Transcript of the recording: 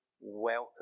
welcome